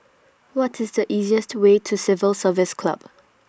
What IS The easiest Way to Civil Service Club